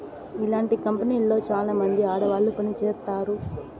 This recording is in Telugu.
ఇలాంటి కంపెనీలో చాలామంది ఆడవాళ్లు పని చేత్తారు